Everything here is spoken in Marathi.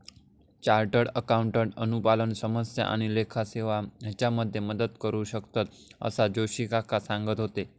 चार्टर्ड अकाउंटंट अनुपालन समस्या आणि लेखा सेवा हेच्यामध्ये मदत करू शकतंत, असा जोशी काका सांगत होते